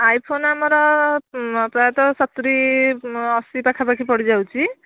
iPhone ଆମର ପ୍ରାୟତଃ ସତୁରୀ ଅଶୀ ପାଖାପାଖି ପଡ଼ିଯାଉଛି